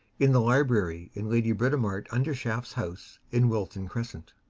in the library in lady britomart undershaft's house in wilton crescent.